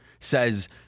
says